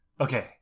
okay